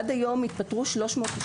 עד היום מתחילת השנה התפטרו 392